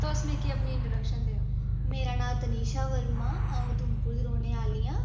तुस मिगी अपनी इंट्रोडक्शन देओ मेरा नांऽ तनीषा वर्मा अ'ऊं उधमपुर दी रौह्ने आह्ली आं